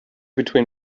between